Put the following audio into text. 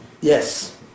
Yes